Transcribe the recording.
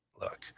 look